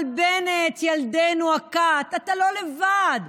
אבל בנט, ילדנו הקט, אתה לא לבד.